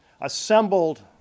assembled